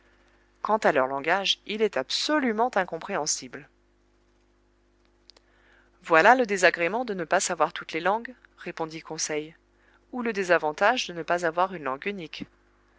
quant à leur langage il est absolument incompréhensible voilà le désagrément de ne pas savoir toutes les langues répondit conseil ou le désavantage de ne pas avoir une langue unique